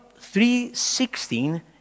3.16